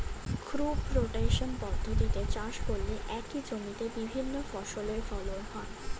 crop rotation পদ্ধতিতে চাষ করলে একই জমিতে বিভিন্ন ফসলের ফলন হয়